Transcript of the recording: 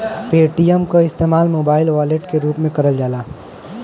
Paytm क इस्तेमाल mobile wallet के रूप में करल जाला